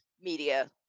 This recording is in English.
media